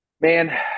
Man